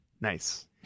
Nice